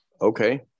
Okay